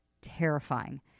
terrifying